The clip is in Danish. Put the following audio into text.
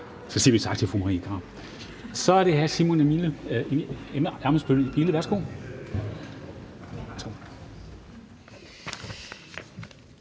Så siger vi tak til fru Marie Krarup. Så er det hr. Simon Emil Ammitzbøll-Bille. Værsgo.